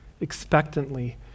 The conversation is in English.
expectantly